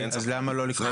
אוקיי, אז למה לא לקבוע?